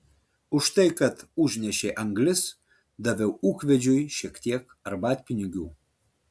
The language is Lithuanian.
už tai kad užnešė anglis daviau ūkvedžiui šiek tiek arbatpinigių